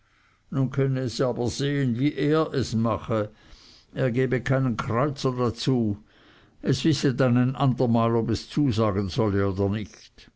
nun könne es aber sehen wie es es mache er gebe keinen kreuzer dazu es wisse dann ein andermal ob es zusagen solle oder nicht